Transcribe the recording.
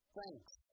Thanks